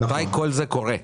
מתי כל זה קורה?